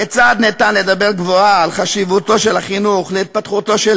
כיצד ניתן לדבר גבוהה על חשיבותו של החינוך להתפתחותו של